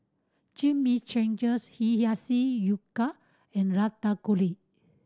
Chimichangas Hiyashi and Ratatouille